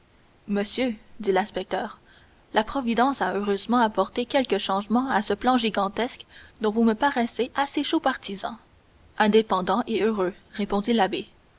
monsieur dit l'inspecteur la providence a heureusement apporté quelque changement à ce plan gigantesque dont vous me paraissez assez chaud partisan c'est le seul moyen de faire de l'italie un état fort indépendant et heureux répondit l'abbé